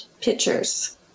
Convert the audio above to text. pictures